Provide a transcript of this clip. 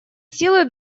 силы